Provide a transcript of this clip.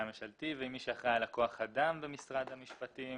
הממשלתי ועם מי שאחראי על כוח האדם במשרד המשפטים.